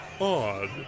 odd